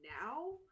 now